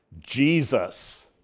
Jesus